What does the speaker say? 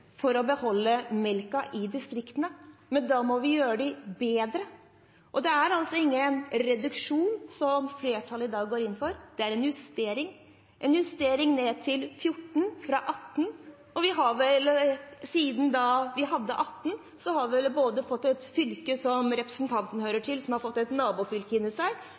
for å beholde melken i distriktene, men da må vi gjøre dem bedre. Det er altså ingen reduksjon flertallet i dag går inn for. Det er en justering ned til 14 fra 18. Og vi har vel siden vi fikk 18, både vedtatt at fylket som representanten hører til, skal få et nabofylke i seg,